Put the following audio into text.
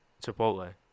Chipotle